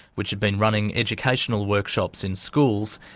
which had been running educational workshops in schools,